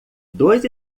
dois